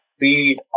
feed